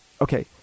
Okay